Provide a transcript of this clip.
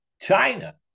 China